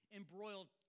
embroiled